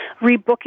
rebooking